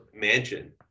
mansion